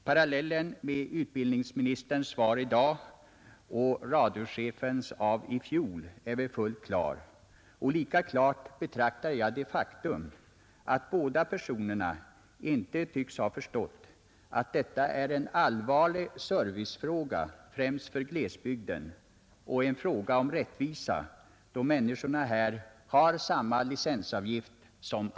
Parallellen mellan utbildningsministerns svar i dag och radiochefens i fjol är väl fullt klar, och lika klart anser jag det vara att ingen av dessa båda personer har förstått att detta är en allvarlig servicefråga, främst för glesbygden, och en fråga om rättvisa, då alla betalar samma licensavgift.